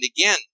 again